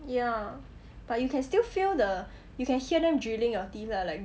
ya but you can still feel the you can hear them drilling your teeth lah like